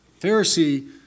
Pharisee